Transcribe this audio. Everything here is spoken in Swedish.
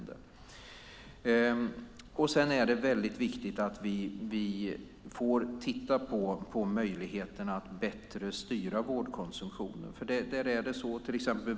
Det är viktigt att vi får titta på möjligheterna att styra vårdkonsumtionen bättre.